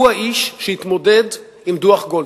הוא האיש שהתמודד עם דוח-גולדסטון,